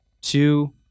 two